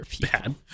Bad